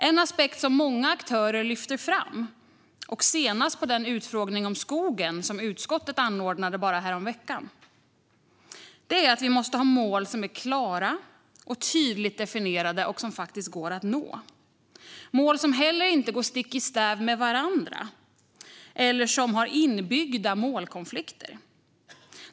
En aspekt som många aktörer lyfter fram, senast på den utfrågning om skogen som utskottet anordnade bara häromveckan, är att vi måste ha mål som är klara och tydligt definierade, som faktiskt går att nå och som inte heller går stick i stäv med varandra eller har inbyggda målkonflikter.